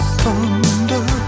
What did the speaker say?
thunder